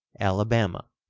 alabama,